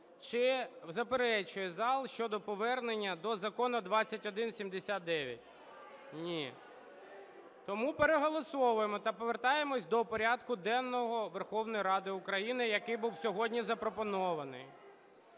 чи заперечує зал щодо повернення до Закону 2179? Ні. Тому переголосовуємо та повертаємось до порядку денного Верховної Ради України, який був сьогодні запропонований.